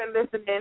listening